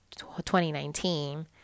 2019